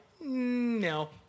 No